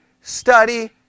study